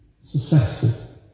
successful